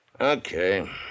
Okay